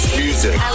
music